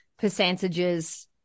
percentages